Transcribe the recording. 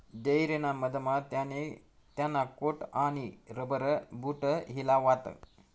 dairy ना मधमा त्याने त्याना कोट आणि रबर बूट हिलावात